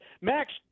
max